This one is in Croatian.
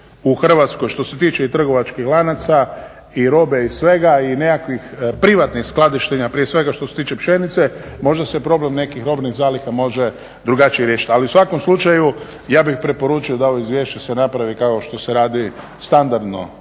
u Hrvatskoj što se tiče i trgovačkih lanaca i robe i svega i nekakvih privatnih skladištenja, prije svega što se tiče pšenice. Možda se problem nekih robnih zaliha može drugačije riješiti, ali u svakom slučaju ja bih preporučio da ovo izvješće se napravi kao što se radi standardno